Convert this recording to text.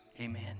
amen